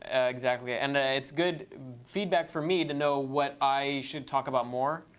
and exactly. ah and it's good feedback for me to know what i should talk about more,